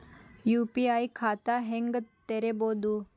UPI ಖಾತಾ ಹೆಂಗ್ ತೆರೇಬೋದು?